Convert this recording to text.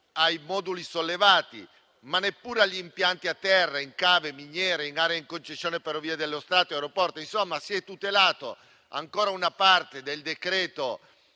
ai moduli sollevati, ma neppure agli impianti a terra in cave, miniere, in aree in concessione a Ferrovie dello Stato e aeroporti. Insomma, si è tutelata ancora una parte del decreto